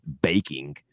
baking